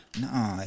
No